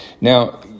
Now